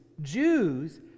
Jews